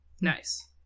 Nice